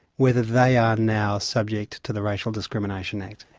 whether they are now subject to the racial discrimination act.